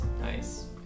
Nice